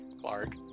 Clark